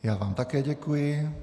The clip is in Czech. Já vám také děkuji.